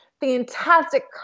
fantastic